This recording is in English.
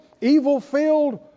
evil-filled